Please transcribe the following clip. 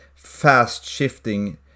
fast-shifting